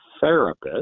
therapist